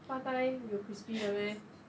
pad thai 有 crispy 的 meh